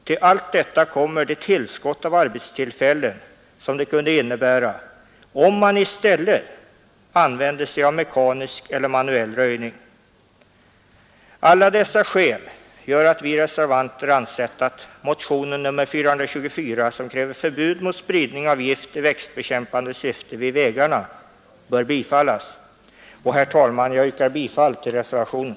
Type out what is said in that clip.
Till allt detta kommer det tillskott av arbetstillfällen som det kunde innebära, om man i stället använde sig av mekanisk eller manuell röjning. Alla dessa skäl gör att vi reservanter ansett att motionen” 424, som kräver förbud mot spridning av gift i växtbekämpande syfte vid vägarna, bör bifallas. Herr talman! Jag yrkar bifall till reservationen.